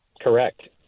Correct